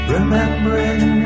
Remembering